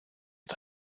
the